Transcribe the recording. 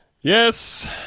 Yes